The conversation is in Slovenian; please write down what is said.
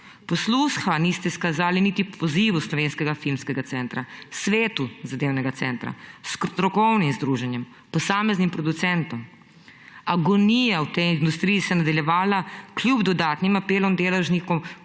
Posluha niste izkazali niti po pozivu Slovenskega filmskega centra, svetu zadevnega centra, strokovnim združenjem, posameznim producentom. Agonija v tej industriji se je nadaljevala kljub dodatnim apelom deležnikov,